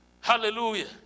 Hallelujah